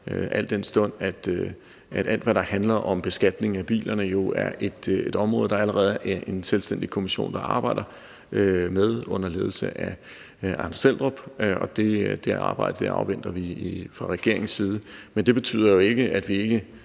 al den stund at alt, hvad der handler om beskatning af biler, jo er et område, som der allerede er en selvstændig kommission der arbejder med under ledelse af Anders Eldrup, og det arbejde afventer vi fra regeringens side. Men det betyder ikke, at vi ikke